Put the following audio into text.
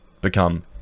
become